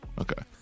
Okay